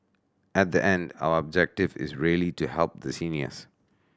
at the end our objective is really to help the seniors